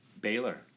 Baylor